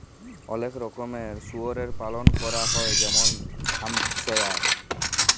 অলেক রকমের শুয়রের পালল ক্যরা হ্যয় যেমল হ্যাম্পশায়ার